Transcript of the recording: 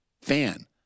fan